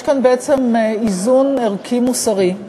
יש כאן בעצם איזון ערכי מוסרי,